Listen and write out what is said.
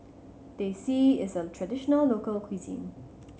Teh C is a traditional local cuisine